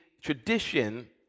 tradition